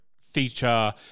feature